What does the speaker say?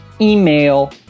email